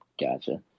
Gotcha